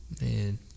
Man